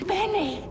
Benny